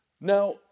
Now